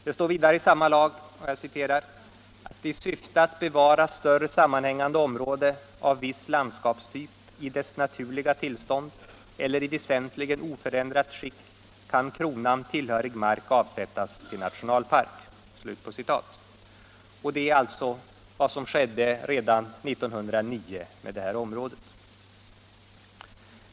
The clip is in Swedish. Det står vidare i samma lag att ”i syfte att bevara större sammanhängande område av viss landskapstyp i dess naturliga tillstånd eller i väsentligen oförändrat skick kan kronan tillhörig mark avsättas till nationalpark”. Det är alltså vad som redan 1909 skedde med detta område.